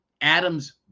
adams